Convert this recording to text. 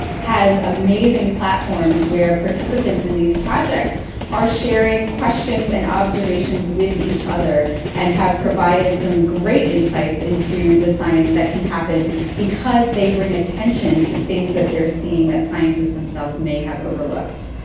has amazing platforms where participants in these projects are sharing questions and observations with each other and have provided some great insights into the science that can happen because they bring attention to things that they are seeing that scientists themselves may have overlooked.